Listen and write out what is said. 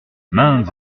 maintes